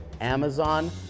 Amazon